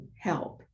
help